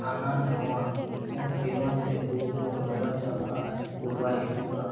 ᱦᱟᱱᱟᱼᱱᱷᱟᱣᱟ ᱵᱤᱢᱟᱨ ᱛᱮ ᱦᱩᱲᱩ ᱠᱚᱦᱚᱸ ᱨᱳᱜᱟ ᱪᱟᱵᱟᱜᱼᱟ ᱟᱨ ᱦᱩᱲᱩ ᱵᱟᱭ ᱦᱩᱭᱩᱜᱼᱟ